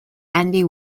andy